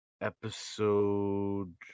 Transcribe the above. episode